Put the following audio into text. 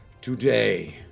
today